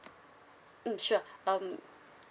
mm sure um